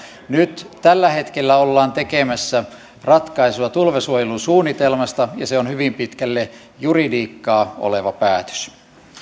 nyt tällä hetkellä ollaan tekemässä ratkaisua tulvasuojelun suunnitelmasta ja se on hyvin pitkälle juridiikkaa oleva päätös viimeinen